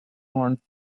want